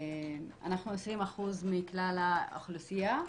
אנחנו 20% מכלל האוכלוסייה,